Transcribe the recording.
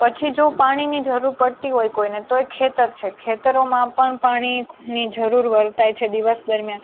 પછી જો પાણીની જરૂર પડતી હોય કોઈને તો એ ખેતર છે ખેતરોમાં પણ પાણીની જરૂર વર્તાય છે દિવસ દરમ્યાન